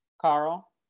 Carl